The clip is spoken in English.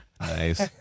nice